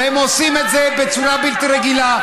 והם עושים את זה בצורה בלתי רגילה.